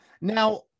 Now